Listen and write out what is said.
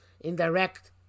indirect